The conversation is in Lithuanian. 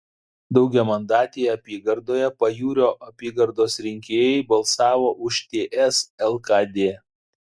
daugiamandatėje apygardoje pajūrio apygardos rinkėjai balsavo už ts lkd